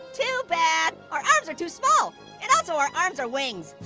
too bad. our arms are too small and also, our arms are wings.